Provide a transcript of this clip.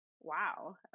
Wow